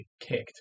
kicked